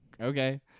okay